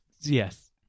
Yes